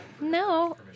No